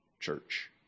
church